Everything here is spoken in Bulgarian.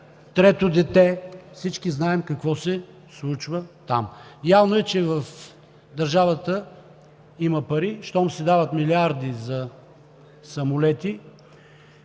трето дете – всички знаем какво се случва там. Явно е, че в държавата има пари щом се дават милиарди за самолети,